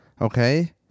okay